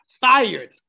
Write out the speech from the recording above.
fired